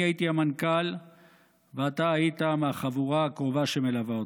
אני הייתי המנכ"ל ואתה היית מהחבורה קרובה שמלווה אותו.